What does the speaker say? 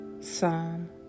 Psalm